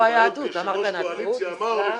שנייה, סליחה,